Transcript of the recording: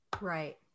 Right